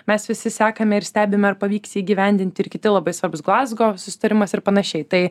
mes visi sekame ir stebime ar pavyks jį įgyvendinti ir kiti labai svarbūs glazgo susitarimas ir panašiai tai